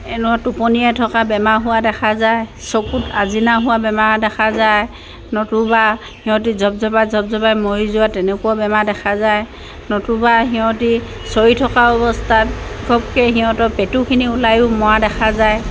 এনেকুৱা টোপনিয়াই থকা বেমাৰ হোৱা দেখা যায় চকুত আচিনা হোৱা বেমাৰ দেখা যায় নতুবা সিহঁতি জপজপাই জপজপাই মৰি যোৱা তেনেকুৱা বেমাৰ দেখা যায় নতুবা সিহঁতি চৰি থকা অৱস্থাত ঘপককৈ সিহঁতৰ পেটুখিনি ওলায়ো মৰা দেখা যায়